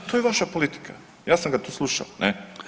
To je vaša politika, ja sam ga tu slušao, ne.